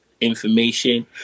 information